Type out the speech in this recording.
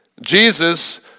Jesus